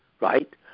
right